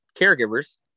caregivers